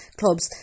clubs